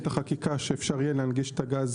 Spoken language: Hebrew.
את החקיקה שאפשר יהיה להנגיש את הגז